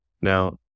Now